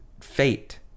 fate